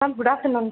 ma'am good afternoon